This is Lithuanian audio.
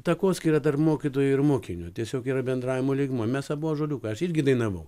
takoskyra tarp mokytojo ir mokinio tiesiog yra bendravimo lygmuo mes abu ąžuoliukai aš irgi dainavau